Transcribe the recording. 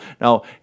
Now